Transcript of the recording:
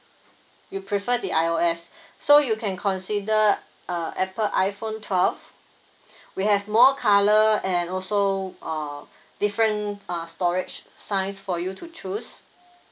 you prefer the I_O_S so you can consider uh apple iphone twelve we have more colour and also uh different uh storage sign for you to choose